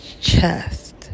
chest